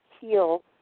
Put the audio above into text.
heal